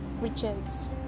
riches